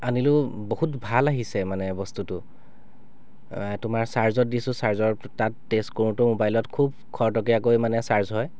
আনিলোঁ বহুত ভাল আহিছে মানে বস্তুটো তোমাৰ চাৰ্জত দিছোঁ চাৰ্জত তাত টেষ্ট কৰোঁতেও মোবাইলত খুব খৰতকীয়াকৈ মানে চাৰ্জ হয়